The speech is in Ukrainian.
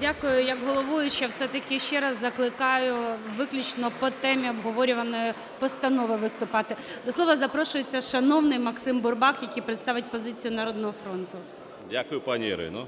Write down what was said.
Дякую. Як головуюча все-таки ще раз закликаю виключно по темі обговорюваної постанови виступати. До слова запрошується шановний Максим Бурбак, який представить позицію "Народного фронту". 16:48:47 БУРБАК М.Ю. Дякую, пані Ірина.